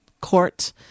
Court